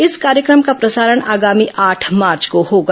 इस कार्यक्रम का प्रसारण आगामी आठ मार्च को होगा